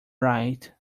right